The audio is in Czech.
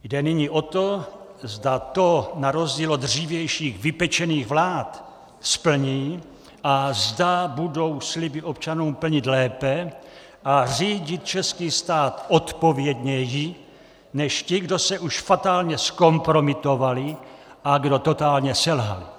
Jde nyní o to, zda to na rozdíl od dřívějších vypečených vlád splní a zda budou sliby občanům plnit lépe a řídit český stát odpovědněji než ti, kdo se už fatálně zkompromitovali a kdo totálně selhali.